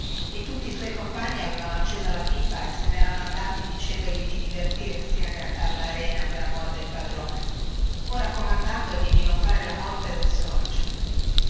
e tutti i suoi compagni avevano accesa la pipa e se nerano andati dicendogli di divertirsi a grattarsi la pancia per amor del padrone e raccomandandogli di non fare la morte del sorcio